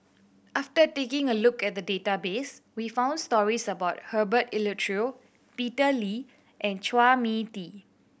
after taking a look at the database we found stories about Herbert Eleuterio Peter Lee and Chua Mee Tee